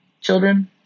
children